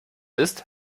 ist